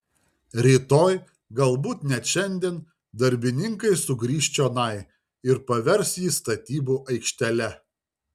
rytoj galbūt net šiandien darbininkai sugrįš čionai ir pavers jį statybų aikštele